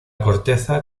corteza